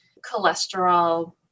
cholesterol